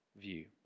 view